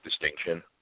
distinction